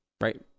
right